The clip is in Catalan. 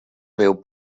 veu